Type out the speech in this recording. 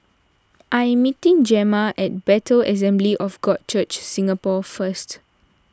I am meeting Gemma at Bethel Assembly of God Church Singapore first